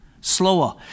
slower